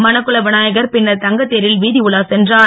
மணக்குள விநாயகர் பின்னர் தங்கத்தேரில் வீதி உலா சென்றும்